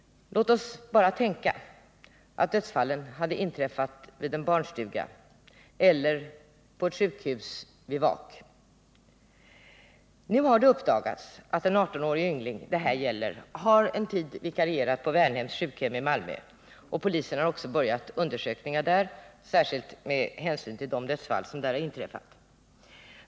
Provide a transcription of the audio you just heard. Låt oss bara tänka att dödsfallen hade inträffat vid en barnstuga eller på ett sjukhus vid vak. Nu har det uppdagats att den 18-årige yngling det här gäller en tid har vikarierat på Värnhems sjukhem i Malmö. Polisen har börjat undersökningar där, särskilt med hänsyn till de dödsfall som inträffat.